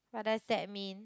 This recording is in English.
what does that mean